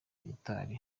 gitari